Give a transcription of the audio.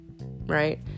right